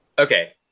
Okay